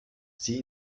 sie